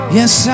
yes